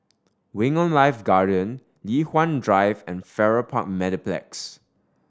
Wing On Life Garden Li Hwan Drive and Farrer Park Mediplex